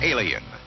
Alien